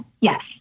yes